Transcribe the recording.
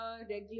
regular